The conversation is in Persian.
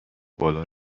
بالا